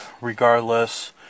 regardless